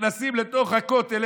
נכנסים לתוך הכותל,